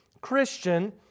Christian